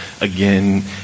again